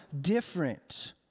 different